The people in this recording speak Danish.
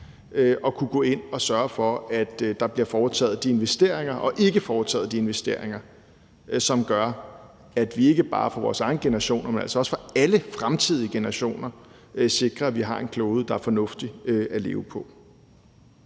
at kunne gå ind og sørge for, at der bliver foretaget nogle investeringer og ikke nogle andre investeringer, som gør, at vi ikke bare for vores egen generation, men altså også for alle fremtidige generationer sikrer, at vi har en klode, der er fornuftig at leve på.